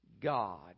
God